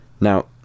now